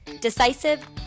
decisive